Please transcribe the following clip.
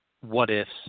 what-ifs